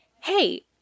hey